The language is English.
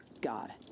God